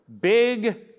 big